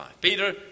Peter